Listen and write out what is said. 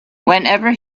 whenever